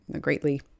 greatly